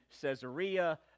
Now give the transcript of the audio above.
Caesarea